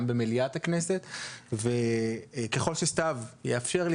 גם במליאת הכנסת וככל שסתיו יאשר לי